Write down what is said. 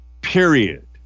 period